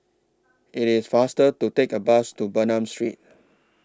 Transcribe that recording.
IT IS faster to Take A Bus to Bernam Street